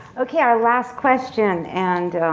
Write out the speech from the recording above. okay. yeah, last question and,